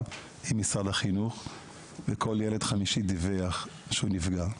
עם משרד החינוך וכל ילד חמישי דיווח שהוא נפגע,